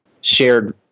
shared